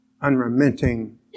unremitting